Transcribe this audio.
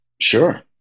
Sure